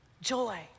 Joy